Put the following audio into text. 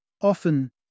Often